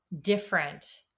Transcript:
different